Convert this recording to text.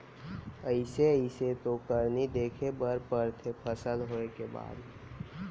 अइसे अइसे तो करनी देखे बर परथे फसल होय के बाद